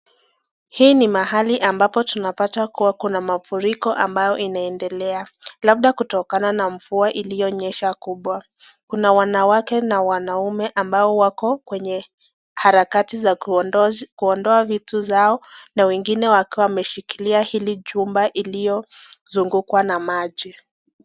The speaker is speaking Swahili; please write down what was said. Hapa ni mahali ambapo tunapata kuwa kuna mafuriko ambao inaendelea, labda kutokana na mvua iliyonyesha kubwa. Kuna wanawake na wanaume ambao wako kwenye harakati za kuondoa vitu zao na wengine wakiwa wameshikilia hili chumba iliyo zungukwa na maji.